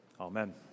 Amen